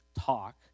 talk